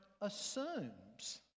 assumes